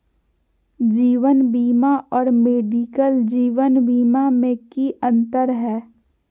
जीवन बीमा और मेडिकल जीवन बीमा में की अंतर है?